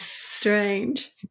strange